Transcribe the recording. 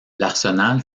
l’arsenal